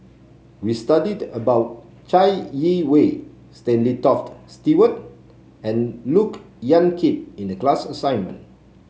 we studied about Chai Yee Wei Stanley Toft Stewart and Look Yan Kit in the class assignment